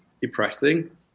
depressing